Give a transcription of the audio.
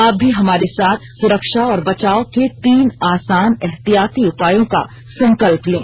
आप भी हमारे साथ सुरक्षा और बचाव के तीन आसान एहतियाती उपायों का संकल्प लें